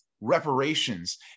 reparations